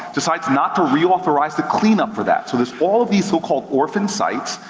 decides not to reauthorize the cleanup for that. so there's all of these so called orphan sites,